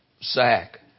sack